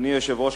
אדוני היושב-ראש,